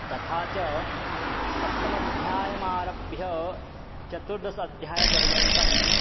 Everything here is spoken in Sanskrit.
तथा च सप्तममाध्यायमारभ्य चतुर्दशाध्यायपर्यन्तम्